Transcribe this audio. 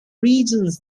reasons